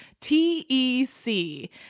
T-E-C